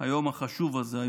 היום החשוב הזה,